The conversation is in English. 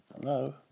Hello